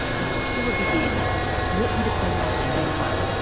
and it's still a big if what would it be like to be one?